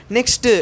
Next